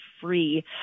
free